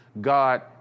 God